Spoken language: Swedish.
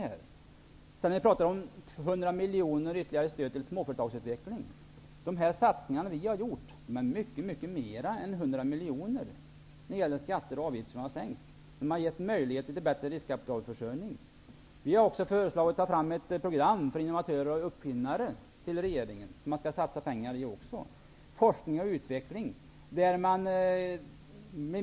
Magnus Persson nämnde 100 miljoner i ytterligare stöd till småföretagsutveckling. De satsningar vi har gjort med skatter och avgifter som har sänkts omfattar mycket mer än 100 miljoner. Vi har gett företagen möjlighet till bättre riskkapitalförsörjning. Vi har också föreslagit att man skall lägga fram ett program för regeringen som gäller innovatörer och uppfinnare, där det skall satsas pengar.